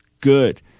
good